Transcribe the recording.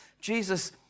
Jesus